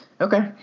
Okay